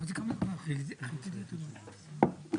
אלא אם כן באים ואומרים שזאת עבודה שונה מהעבודה ההיא.